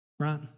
Right